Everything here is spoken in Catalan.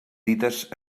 dites